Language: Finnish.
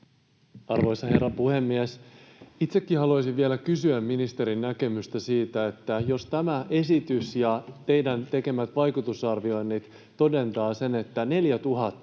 Arvoisa herra puhemies! Itsekin haluaisin vielä kysyä ministerin näkemystä: jos tämä esitys ja teidän tekemänne vaikutusarvioinnit todentavat sen, että 4 000